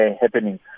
happening